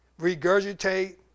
regurgitate